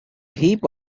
heap